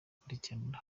gukurikiranira